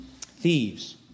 thieves